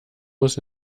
muss